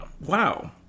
wow